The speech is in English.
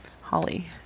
Holly